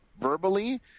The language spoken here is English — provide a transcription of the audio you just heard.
verbally